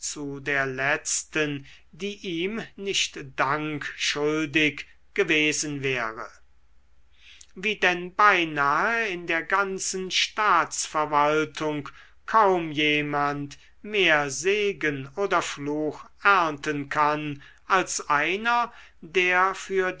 der letzten die ihm nicht dank schuldig gewesen wäre wie denn beinahe in der ganzen staatsverwaltung kaum jemand mehr segen oder fluch ernten kann als einer der für